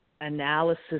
analysis